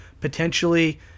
potentially